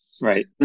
Right